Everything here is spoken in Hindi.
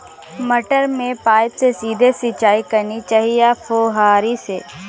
मटर में पाइप से सीधे सिंचाई करनी चाहिए या फुहरी से?